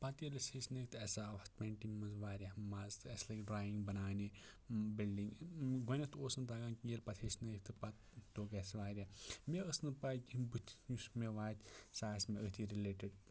پَتہٕ ییٚلہِ أسۍ ہیٚچھنٲوِکھ تہٕ اَسہِ آو اَتھ پینٛٹِنٛگ منٛز واریاہ مَزٕ تہٕ اَسہِ لٔگۍ ڈرٛایِنٛگ بَناونہِ بِلڈِنٛگ گۄڈنٮ۪تھ اوس نہٕ تَگان کہِ ییٚلہِ پَتہٕ ہیٚچھنٲوِکھ تہٕ پَتہٕ توٚگ اَسہِ واریاہ مےٚ ٲس نہٕ پَے کیٚنٛہہ بُتھِ یُس مےٚ واتہِ سۄ آسہِ مےٚ أتھی رِلیٹِڈ